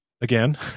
again